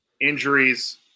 injuries